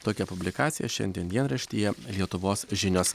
tokia publikacija šiandien dienraštyje lietuvos žinios